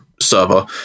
server